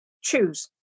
choose